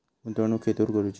गुंतवणुक खेतुर करूची?